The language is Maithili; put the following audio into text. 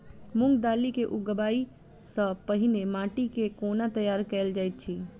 मूंग दालि केँ उगबाई सँ पहिने माटि केँ कोना तैयार कैल जाइत अछि?